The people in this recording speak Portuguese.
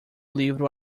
livro